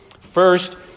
First